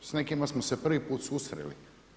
S nekima smo se prvi put susreli.